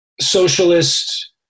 socialist